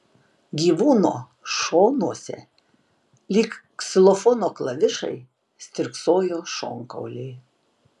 gyvūno šonuose lyg ksilofono klavišai stirksojo šonkauliai